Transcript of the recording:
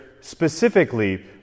specifically